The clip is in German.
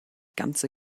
ganze